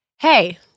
Hey